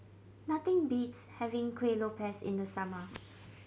nothing beats having Kuih Lopes in the summer